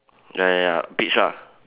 ya ya ya peach ah